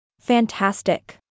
Fantastic